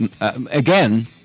again